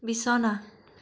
বিছনা